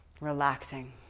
relaxing